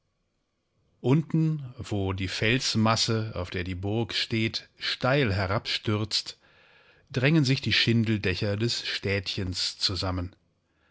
unten wo die felsmasse auf der die burg steht steil herabstürzt drängen sich die schindeldächer des städtchens zusammen